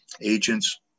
agents